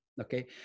okay